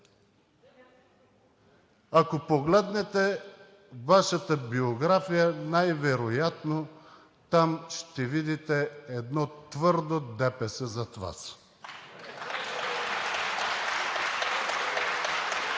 Ако погледнете Вашата биография, най-вероятно там ще видите едно твърдо ДПС зад Вас. (Бурни